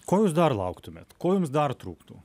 ko jūs dar lauktumėt ko jums dar trūktų